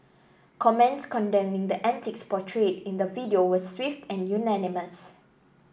comments condemning the antics portrayed in the video were swift and unanimous